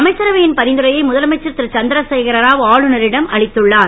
அமைச்சரவை ன் பரிந்துரையை முதலமைச்சர் ரு சந் ரசேகரரா ஆளுநரிடம் அளித்துள்ளார்